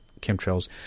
chemtrails